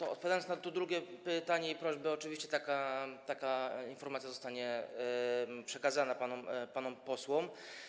Odpowiadam na to drugie pytanie i prośbę: oczywiście taka informacja zostanie przekazana panom posłom.